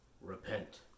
repent